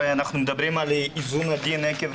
הרי אנחנו מדברים על איזון עדין עקב